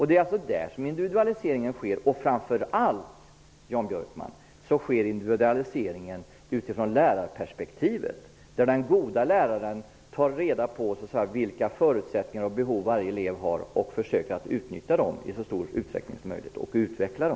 Det är där individualiseringen sker. Och framför allt, Jan Björkman, sker individualiseringen utifrån lärarperspektivet. Den gode lärararen tar reda på vilka förutsättningar och behov som varje elev har för att försöka utnyttja den informationen för elevens utveckling.